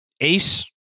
Ace